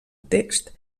text